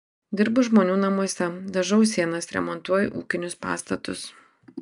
dirbu žmonių namuose dažau sienas remontuoju ūkinius pastatus